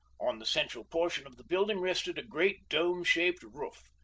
on the central portion of the building rested a great dome-shaped roof,